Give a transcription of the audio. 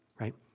right